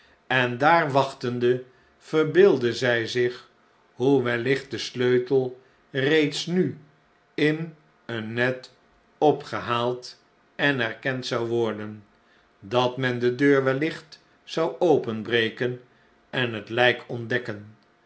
en daar wachtende verbeeldde zij zich hoe wellicht de sleutel reeds nu in een net opgehaald en herkend zou worden dat men de deur wellicht zou openbreken en het lijk ontdekken